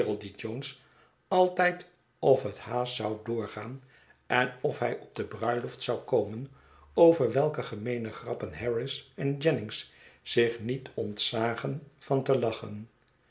jones altijd of het haast zou doorgaan en of hij op de bruiloft zou komen over welke gemeene grappen harris en jennings zich niet ontzagen van te lachen